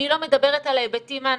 אני לא מדברת על ההיבטים הנפשיים,